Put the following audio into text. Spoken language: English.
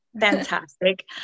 fantastic